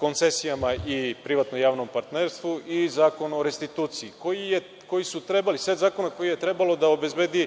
koncesijama i privatnom javnom partnerstvu i Zakon o restituciji, koji su trebali da obezbede